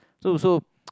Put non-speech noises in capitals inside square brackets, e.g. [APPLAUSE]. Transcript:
so also [NOISE]